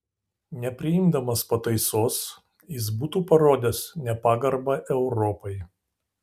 nepriimdamas pataisos jis būtų parodęs nepagarbą europai